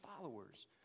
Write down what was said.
followers